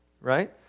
right